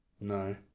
No